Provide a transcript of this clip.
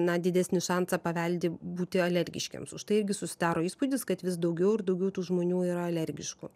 na didesnį šansą paveldi būti alergiškiems už tai irgi susidaro įspūdis kad vis daugiau ir daugiau tų žmonių yra alergiškų